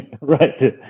right